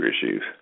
issues